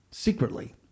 Secretly